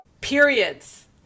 Periods